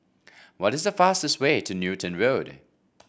what is the fastest way to Newton Road